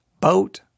boat